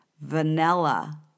Vanilla